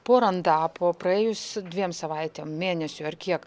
po rondapo praėjus dviem savaitėm mėnesiui ar kiek